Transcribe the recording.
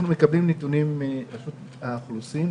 אנחנו מקבלים נתונים מרשות האוכלוסין,